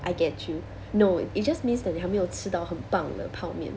I get you no it just means that 你还没有吃到很棒的泡面